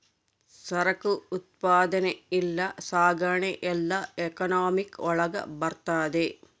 ಸರಕು ಉತ್ಪಾದನೆ ಇಲ್ಲ ಸಾಗಣೆ ಎಲ್ಲ ಎಕನಾಮಿಕ್ ಒಳಗ ಬರ್ತದೆ